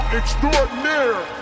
extraordinaire